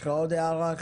יש לך עוד הערה?